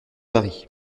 paris